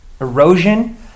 Erosion